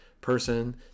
person